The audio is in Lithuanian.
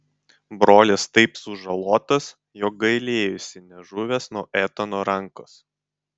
brolis taip sužalotas jog gailėjosi nežuvęs nuo etano rankos